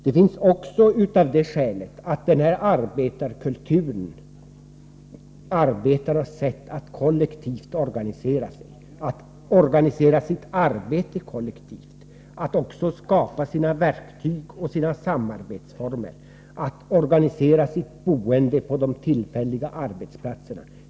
Det finns det också därför att sådana här museer kan visa arbetarnas kultur, arbetarnas sätt att kollektivt organisera sig och sitt arbete, att skapa sina verktyg och samarbetsformer, att organisera sitt boende och de tillfälliga arbetsplatserna.